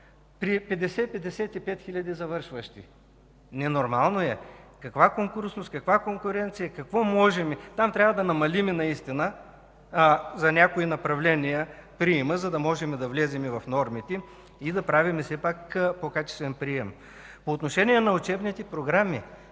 при 50 55 хиляди завършващи. Ненормално е! Каква конкурсност? Каква конкуренция? Какво можем? Там трябва да намалим наистина за някои направления приема, за да можем да влезем в нормите и да правим все пак по-качествен прием. По отношение на учебните програми